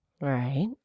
Right